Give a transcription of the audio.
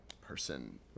person